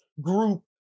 group